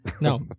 No